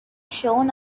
shown